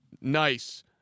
nice